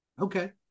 Okay